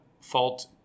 fault